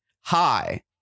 Hi